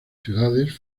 ciudades